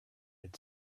had